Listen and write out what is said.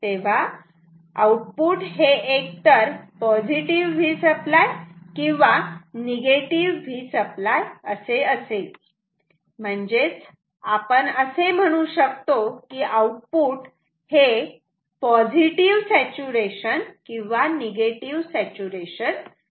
तेव्हा आउटपुट हे एकतर Vसप्लाय किंवा Vसप्लाय असे असेल म्हणजेच आपण असे म्हणू शकतो की आऊटपुट हे पॉझिटिव्ह सॅचूरेशन किंवा निगेटिव सॅचूरेशन मध्ये असते